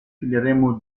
fileremo